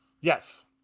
Yes